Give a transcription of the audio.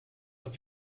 ist